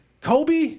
Kobe